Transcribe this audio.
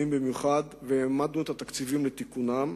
במיוחד והעמדנו את התקציבים לתיקונם.